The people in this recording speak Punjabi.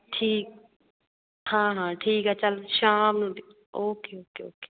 ਠੀਕ ਹਾਂ ਹਾਂ ਠੀਕ ਆ ਚਲ ਸ਼ਾਮ ਨੂੰ ਓਕੇ ਓਕੇ ਓਕੇ